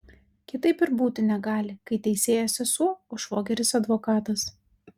kitaip ir būti negali kai teisėja sesuo o švogeris advokatas